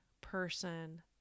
person